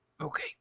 Okay